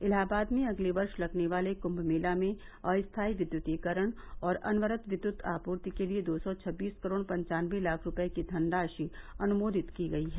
इलाहाबाद में अगले वर्ष लगने वाले कुंभ मेला में अस्थायी विद्युतीकरण और अनवरत विद्युत आपूर्ति के लिए दो सौ छब्बीस करोड़ पंचानवे लाख रूपये की धनराशि अनुमोदित की गई है